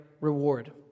reward